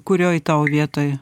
kurioj tau vietoj